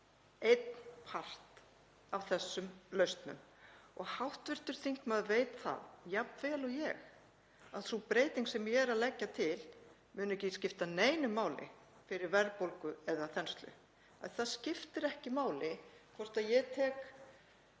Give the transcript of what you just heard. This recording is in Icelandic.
einn part af þessum lausnum og hv. þingmaður veit það jafn vel og ég að sú breyting sem ég er að leggja til mun ekki skipta neinu máli fyrir verðbólgu eða þenslu. Það skiptir ekki máli hvort að ég tek